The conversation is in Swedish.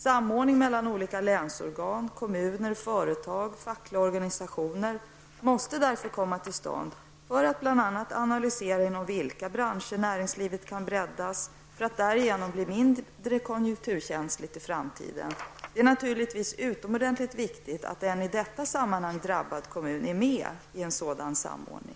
Samordning mellan olika länsorgan, kommuner, företag och fackliga organisationer måste därför komma till stånd för att bl.a. analysera inom vilka branscher näringslivet kan breddas för att därigenom bli mindre konjunkturkänsligt i framtiden. Det är naturligtvis utomordentligt viktigt att en i detta sammanhang drabbad kommun är med i en sådan samordning.